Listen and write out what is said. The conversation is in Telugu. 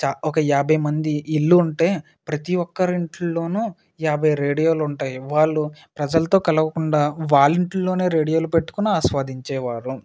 ఒక యాభై మంది ఇళ్ళు ఉంటే ప్రతి ఒక్కరి ఇంట్లో యాభై రేడియోలు ఉంటాయి వాళ్ళు ప్రజలతో కలవకుండా వాళ్ళ ఇంట్లో రేడియోలు పెట్టుకుని ఆస్వాదించేవారు